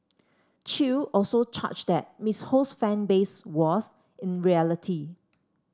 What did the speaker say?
Chew also charged that Miss Ho's fan base was in reality